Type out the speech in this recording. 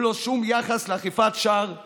בלא שום יחס לאכיפת שאר ההגבלות.